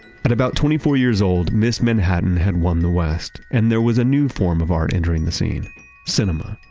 but about twenty four years old, miss manhattan had won the west. and there was a new form of art entering the scene cinema.